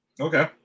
Okay